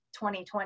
2020